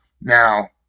Now